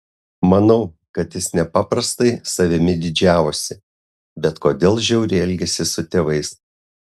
manau kad jis nepaprastai savimi didžiavosi bet kodėl žiauriai elgėsi su tėvais